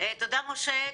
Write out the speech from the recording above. תודה משה.